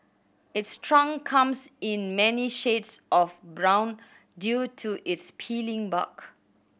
its trunk comes in many shades of brown due to its peeling bark